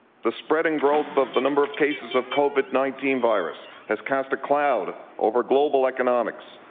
the spreading growth of the number of cases of covid nineteen virus has cast a cloud over global economics.